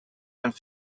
and